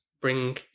bring